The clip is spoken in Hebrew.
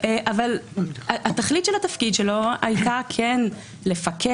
אבל התכלית של התפקיד שלו הייתה לפקח,